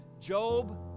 Job